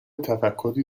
تفکری